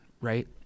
right